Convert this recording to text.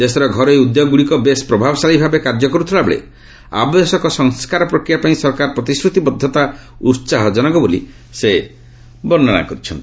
ଦେଶର ଘରୋଇ ଉଦ୍ୟୋଗଗୁଡ଼ିକ ବେଶ୍ ପ୍ରଭାବଶାଳୀ ଭାବେ କାର୍ଯ୍ୟ କରୁଥିବା ବେଳେ ଆବଶ୍ୟକ ସଂସ୍କାର ପ୍ରକ୍ରିୟା ପାଇଁ ସରକାରଙ୍କ ପ୍ରତିଶ୍ରତିବଦ୍ଧତା ଉସାହଜନକ ବୋଲି ସେ କହିଛନ୍ତି